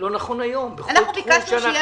לא נכון היום בכל תחום.